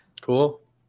Cool